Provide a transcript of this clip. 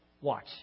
Watch